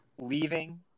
leaving